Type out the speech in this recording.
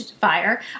fire